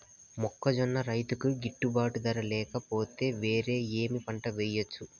మొక్కజొన్న రైతుకు గిట్టుబాటు ధర లేక పోతే, వేరే ఏమి పంట వెయ్యొచ్చు?